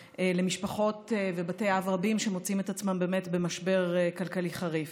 למשפחות ובתי אב רבים שמוצאים את עצמם במשבר כלכלי חריף.